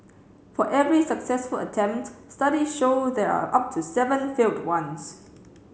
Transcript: for every successful attempt study show there are up to seven failed ones